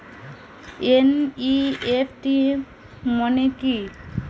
NEFT মনে কি?